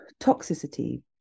toxicity